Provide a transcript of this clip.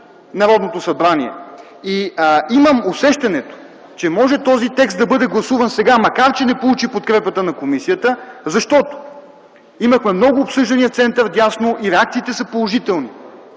Народното събрание. Имам усещането, че този текст може да бъде гласуван сега, макар да не получи подкрепата на комисията, защото имахме много обсъждания център – вдясно и реакциите са положителни.